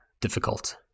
difficult